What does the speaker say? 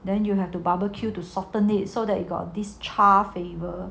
then you have to barbecue to soften it so that you got this charred flavour